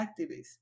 activists